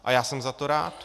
A já jsem za to rád.